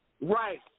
Right